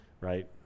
right